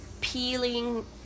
peeling